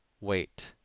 Wait